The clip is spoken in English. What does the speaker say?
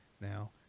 Now